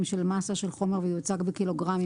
של מאסה של חומר ויוצג בקילוגרמים,